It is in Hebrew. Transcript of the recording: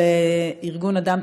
של ארגון אדם,